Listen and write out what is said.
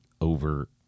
over